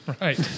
right